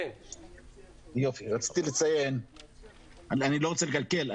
אני לא רוצה לקלקל,